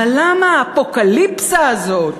אבל למה האפוקליפסה הזאת?